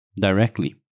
directly